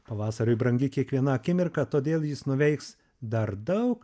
pavasariui brangi kiekviena akimirka todėl jis nuveiks dar daug